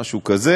משהו כזה.